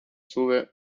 sube